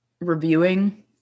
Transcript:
Reviewing